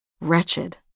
wretched